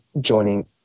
joining